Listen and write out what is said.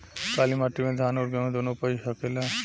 काली माटी मे धान और गेंहू दुनो उपज सकेला?